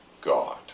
God